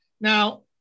Now